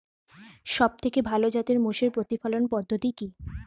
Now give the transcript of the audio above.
সবথেকে ভালো জাতের মোষের প্রতিপালন পদ্ধতি কি?